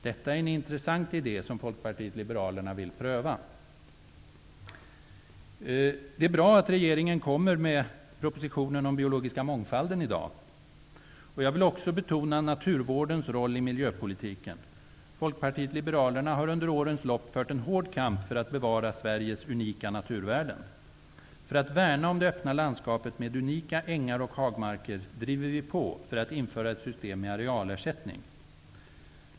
Detta är en intressant idé som Folkpartiet liberalerna vill pröva. Det är bra att regeringen i dag kommer med propositionen om den biologiska mångfalden. Jag vill också betona naturvårdens roll i miljöpolitiken. Folkpartiet liberalerna har under årens lopp fört en hård kamp för att bevara Sveriges unika naturvärden. För att värna om det öppna landskapet med unika ängar och hagmarker driver vi på för att införa ett system med arealersättning.